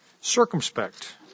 circumspect